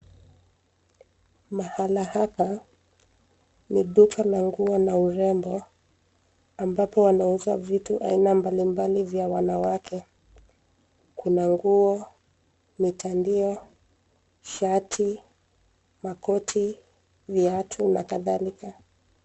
Mahala hapa, ni duka la nguo na urembo, ambapo wanauza vitu aina mbalimbali vya wanawake, kuna nguo, mitandio, shati, makoti, viatu, na kadhalika.